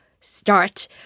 start